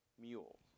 mule